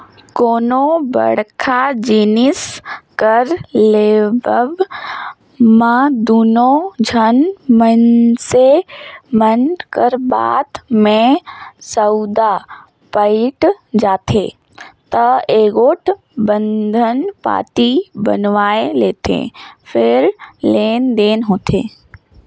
कोनो बड़का जिनिस कर लेवब म दूनो झन मइनसे मन कर बात में सउदा पइट जाथे ता एगोट बंधन पाती बनवाए लेथें फेर लेन देन होथे